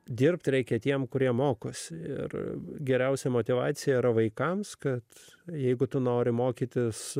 dirbti reikia tiems kurie mokosi ir geriausia motyvacija yra vaikams kad jeigu tu nori mokytis